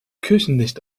küchenlicht